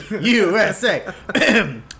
USA